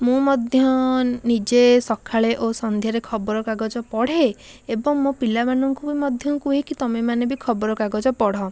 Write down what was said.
ମୁଁ ମଧ୍ୟ ନିଜେ ସକାଳେ ଓ ସନ୍ଧ୍ୟାରେ ଖବରକାଗଜ ପଢ଼େ ଏବଂ ମୋ ପିଲାମାନଙ୍କୁ ବି ମଧ୍ୟ କୁହେ କି ତମେମାନେ ଖବରକାଗଜ ପଢ଼